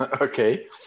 okay